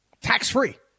tax-free